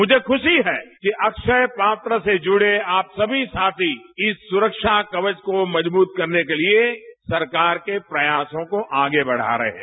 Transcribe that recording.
मुझे खुशी है कि अक्षय पात्र से जुड़े आप सभी साथी इस सुरक्षा कवच को मजबूत करने के लिए सरकार के प्रयासों को आगे बढ़ा रहे हैं